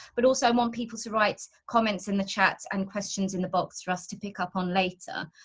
but also want people to writes comments in the chat and questions in the box for us to pick up on later.